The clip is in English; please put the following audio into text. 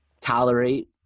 tolerate